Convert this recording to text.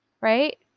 right